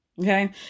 Okay